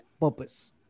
purpose